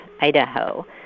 Idaho